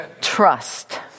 Trust